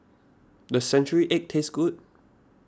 does Century Egg taste good